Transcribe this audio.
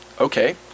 okay